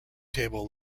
table